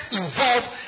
involved